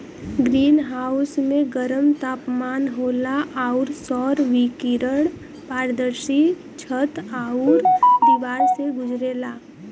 green house में गरम तापमान होला आउर सौर विकिरण पारदर्शी छत आउर दिवार से गुजरेला